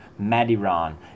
Madiran